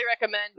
recommend